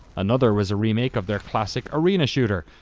another was a remake of their classic arena shooter,